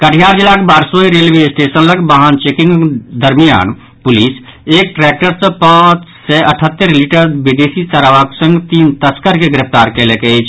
कटिहार जिलाक Barsoi railway station लऽग वाहन चेकिंगक दरमियान पुलिस एक ट्रैक्टर सँ पांच सय अठहत्तरि लीटर विदेशी शराबक संग तीन तस्कर के गिरफ्तार कयलक अछि